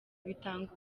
bitanga